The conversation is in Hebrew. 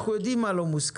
אנחנו יודעים מה לא מוסכם